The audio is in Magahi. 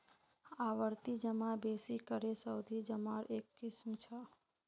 आवर्ती जमा बेसि करे सावधि जमार एक किस्म छ